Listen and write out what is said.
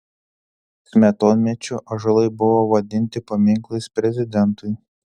smetonmečiu ąžuolai buvo vadinti paminklais prezidentui